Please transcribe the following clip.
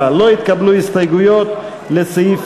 לסעיף